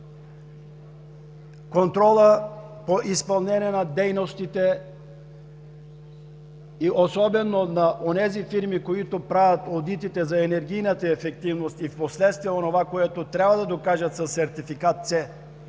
Контролът по изпълнение на дейностите и особено на фирмите, които правят одитите за енергийна ефективност и впоследствие онова, което трябва да докажат със сертификат „С“,